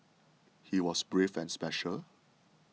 he was brave and special